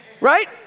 Right